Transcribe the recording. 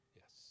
Yes